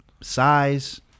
size